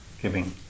Giving